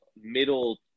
middle